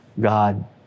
God